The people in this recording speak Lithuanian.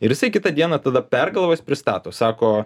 ir jisai kitą dieną tada pergalvojo jis pristato sako